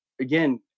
again